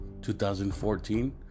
2014